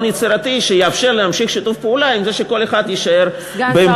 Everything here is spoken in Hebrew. יצירתי שיאפשר להמשיך את שיתוף הפעולה עם זה שכל אחד יישאר בעמדתו.